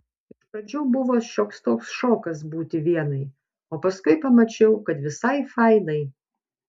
iš pradžių buvo šioks toks šokas būti vienai o paskui pamačiau kad visai fainai